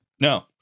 No